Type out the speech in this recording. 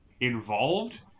involved